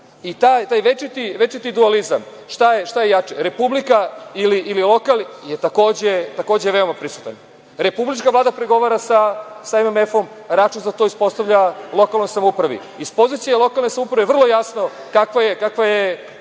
večiti dualizam – šta je jače, republika ili lokal, takođe je veoma prisutan. Republička Vlada pregovara sa MMF-om, a račun za to ispostavlja lokalnoj samoupravi. Iz pozicije lokalne samouprave je vrlo jasno kakav je